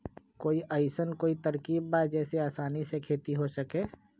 कोई अइसन कोई तरकीब बा जेसे आसानी से खेती हो सके?